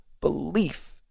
belief